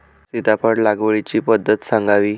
सीताफळ लागवडीची पद्धत सांगावी?